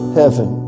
heaven